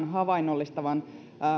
hyvän havainnollistavan